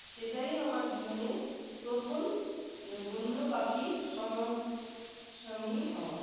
সেটাই আমার জীবনে প্রথম বন্য পাখির সম সামনি হওয়া